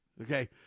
Okay